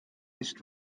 nicht